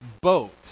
boat